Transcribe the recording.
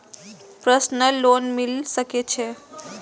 Personal loan मिल सके छे?